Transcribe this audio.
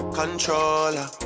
controller